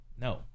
No